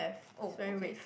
oh okay